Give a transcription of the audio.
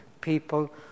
people